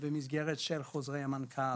במסגרת של חוזרי המנכ"ל.